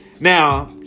Now